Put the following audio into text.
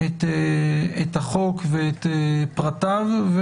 את החוק ואת פרטיו,